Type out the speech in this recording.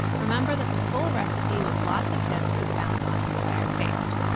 remember that the full recipe with lots of tips is found on inspired taste.